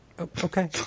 Okay